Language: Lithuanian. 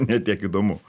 ne tiek įdomu